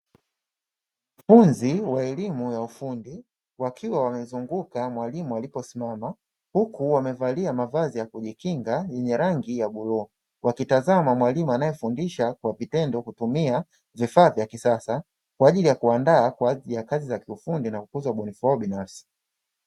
Wanafunzi wa elimu ya ufundi wakiwa wamezunguka mwalimu aliposimama, huku wamevalia mavazi ya kujikinga yenye rangi ya bluu, wakitazama mwalimu anayefundisha kwa vitendo kutumia vifaa vya kisasa kwa ajili ya kuwaandaa kwa ajili ya kazi za kiufundi na kukuza ubunifu wao binafsi.